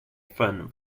fun